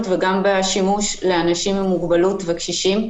וגם בשימוש לאנשים עם מוגבלות וקשישים,